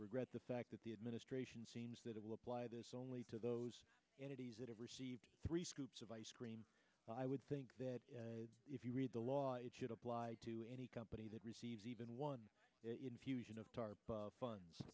regret the fact that the administration seems that it will apply this only to those entities that have received three scoops of ice cream i would think that if you read the law it should apply to any company that receives even one infusion of tarp funds